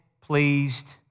pleased